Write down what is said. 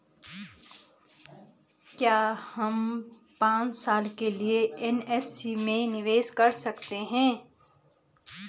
क्या हम पांच साल के लिए एन.एस.सी में निवेश कर सकते हैं?